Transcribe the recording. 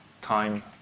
time